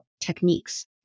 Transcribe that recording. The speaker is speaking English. techniques